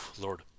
lord